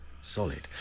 Solid